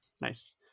Nice